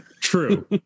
true